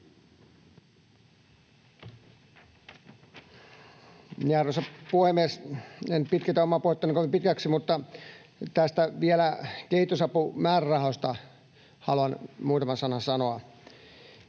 Arvoisa puhemies! En pitkitä omaa puhettani kovin pitkäksi, mutta vielä näistä kehitysapumäärärahoista haluan muutaman sanan sanoa.